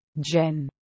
Jen